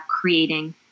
creating